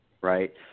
right